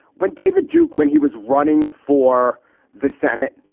when david duke when he was running for the senate,